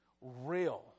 real